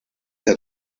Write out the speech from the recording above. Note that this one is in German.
der